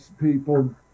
people